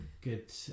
good